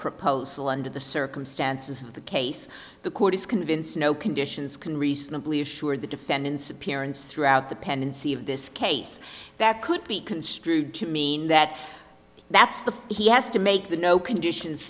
proposal under the circumstances of the case the court is convinced no conditions can reasonably assured the defendant's appearance throughout the pendency of this case that could be construed to mean that that's the he has to make the no conditions